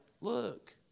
look